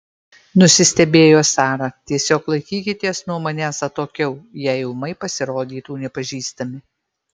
nusistebėjo sara tiesiog laikykitės nuo manęs atokiau jei ūmai pasirodytų nepažįstami